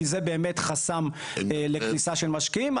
כי זה באמת חסם לכניסה של משקיעים.